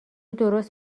درست